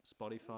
spotify